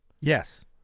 Yes